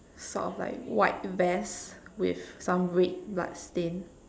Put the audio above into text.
sort of like white vest with some red blood stain